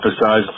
emphasize